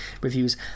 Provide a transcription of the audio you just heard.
reviews